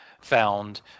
found